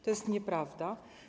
To jest nieprawda.